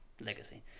legacy